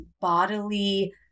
bodily